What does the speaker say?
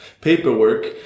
paperwork